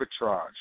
arbitrage